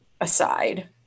aside